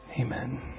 Amen